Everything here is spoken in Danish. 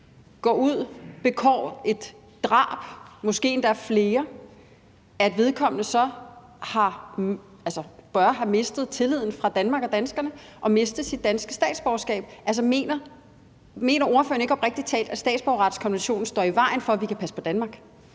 så oprigtig talt ikke, at vedkommende bør have mistet Danmarks og danskernes tillid og miste sit danske statsborgerskab? Mener ordføreren ikke oprigtig talt, at statsborgerretskonventionen står i vejen for, at vi kan passe på Danmark?